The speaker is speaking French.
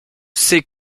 sais